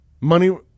money